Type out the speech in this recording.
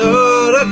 Lord